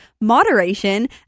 moderation